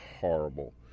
horrible